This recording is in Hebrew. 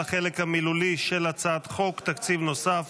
החלק המילולי של הצעת חוק תקציב נוסף